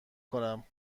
کنم